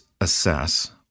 assess